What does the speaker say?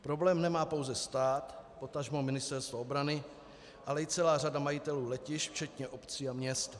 Problém nemá pouze stát, potažmo Ministerstvo obrany, ale i celá řada majitelů letišť včetně obcí a měst.